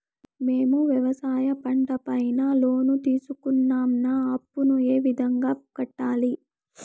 మేము వ్యవసాయ పంట పైన లోను తీసుకున్నాం నా అప్పును ఏ విధంగా కట్టాలి